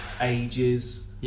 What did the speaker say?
ages